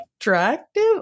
attractive